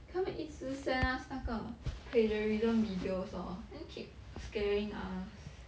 他们一直 send us 那个 plagiarism videos lor then keep scaring us